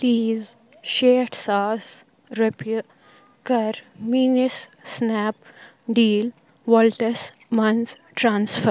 please شیٹھ ساس رۄپیہِ کر میٛٲنِس سٕنیپ ڈیٖل والٹس مَنٛز ٹرانسفہ